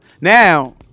Now